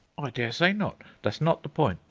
i dare say not that's not the point,